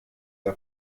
der